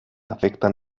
afectan